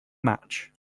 match